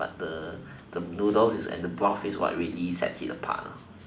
but the the noodles and the broth is what really sets it apart